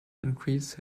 increase